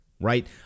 right